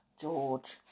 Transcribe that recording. George